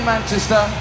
Manchester